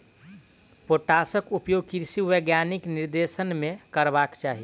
पोटासक उपयोग कृषि वैज्ञानिकक निर्देशन मे करबाक चाही